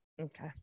Okay